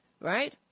Right